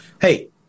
hey